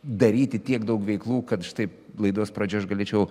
daryti tiek daug veiklų kad štai laidos pradžioj aš galėčiau